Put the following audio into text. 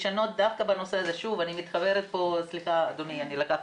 שנועדו לטפל בפניות בנושאי קורונה בלבד.